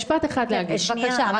כן, בבקשה.